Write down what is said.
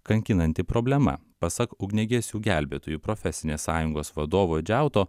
kankinanti problema pasak ugniagesių gelbėtojų profesinės sąjungos vadovo džiauto